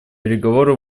переговоры